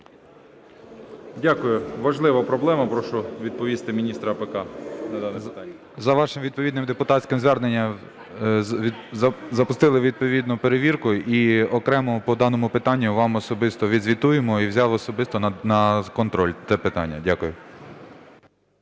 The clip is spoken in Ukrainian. Дякую. Важлива проблема, прошу відповісти міністра АПК на дане запитання. 10:54:00 ЛЕЩЕНКО Р.М. За вашим відповідним депутатським зверненням запустили відповідну перевірку, і окремо по даному питанню вам особисто відзвітуємо, і взяв особисто на контроль це питання. Дякую.